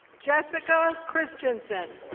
jessica christianson.